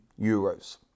euros